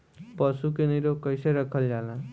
पशु के निरोग कईसे रखल जाला?